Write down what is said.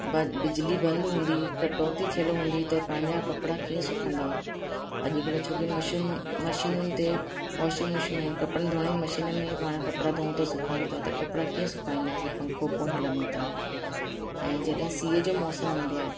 बिजली बंदि हूंदी कटौती थियल हूंदी त पंहिंजा कपिड़ा कीअं सुकंदा अॼुकल्ह छो कि मशुन मशीनियुनि ते वॉशिंग मशीन कपिड़नि धोअण जी मशीन में पाण कपिड़ा धोऊं त सुकायूं था त कपिड़ा कीअं सुकाईंदासीं पंखो बि कोन हलंदो त ऐं जॾहिं सीअ जो मौसम हूंदो आहे